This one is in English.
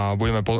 budeme